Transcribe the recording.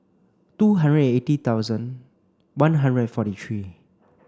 two hundred and eighty thousand one hundred and forty three